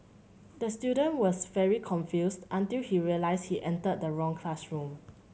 the student was very confused until he realised he entered the wrong classroom